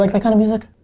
like the kind of music?